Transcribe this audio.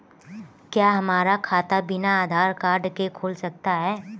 क्या हमारा खाता बिना आधार कार्ड के खुल सकता है?